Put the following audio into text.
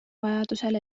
vajadusel